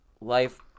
life